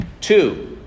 Two